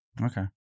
Okay